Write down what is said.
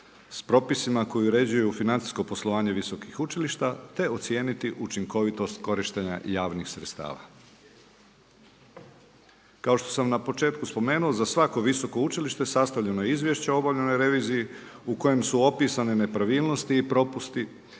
s propisima koji uređuju financijsko poslovanje visokih učilišta, te ocijeniti učinkovitost korištenja javnih sredstava. Kao što sam na početku spomenuo za svako visoko učilište sastavljeno je izvješće o obavljenoj reviziji u kojem su opisane nepravilnosti i propusti,